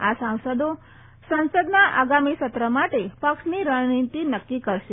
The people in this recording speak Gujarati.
આ સાંસદો સંસદના આગામી સત્ર માટે પક્ષની રણનીતી નકકી કરશે